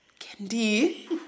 Candy